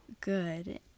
good